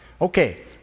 Okay